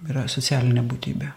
yra socialinė būtybė